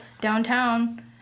downtown